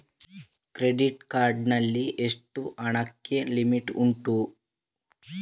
Credit card ನಲ್ಲಿ ಎಷ್ಟು ಹಣಕ್ಕೆ ಲಿಮಿಟ್ ಉಂಟು?